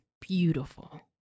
Beautiful